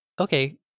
Okay